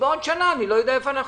ובעוד שנה אני לא יודע איפה נהיה.